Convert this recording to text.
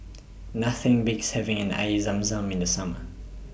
Nothing Beats having An Air Zam Zam in The Summer